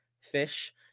fish